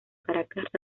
caracas